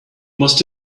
must